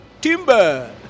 Timber